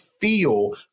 feel